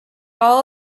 all